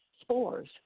spores